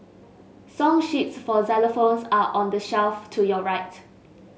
song sheets for xylophones are on the shelf to your right